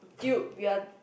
dude we are